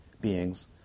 beings